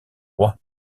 roi